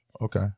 Okay